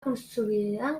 consolidant